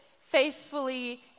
faithfully